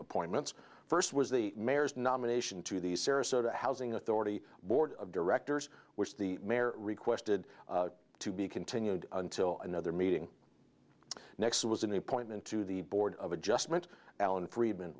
appointments first was the mayor's nomination to the sarasota housing authority board of directors which the mayor requested to be continued until another meeting next was an appointment to the board of adjustment allan friedman